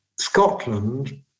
Scotland